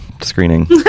screening